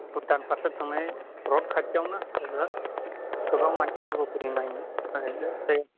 भुटान फारसे थांनाय रड खाथियावनो जोङो गोबां मानसिफोरबो फैयो नायनो ओरैनो